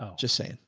ah just saying,